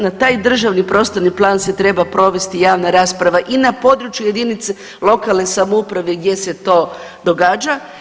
Na taj državni prostorni plan se treba provesti javna rasprava i na području jedinice lokalne samouprave gdje se to događa.